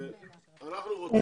אנחנו רוצים